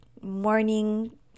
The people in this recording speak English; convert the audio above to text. morning